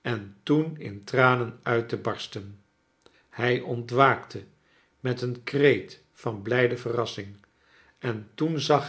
en toen in tranen uit te bars ten liij ontwaakte met een kreet van blijde verassing en toen zag